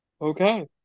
Okay